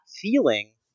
feeling